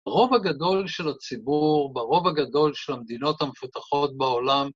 ברוב הגדול של הציבור, ברוב הגדול של המדינות המפותחות בעולם,